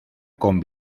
con